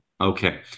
Okay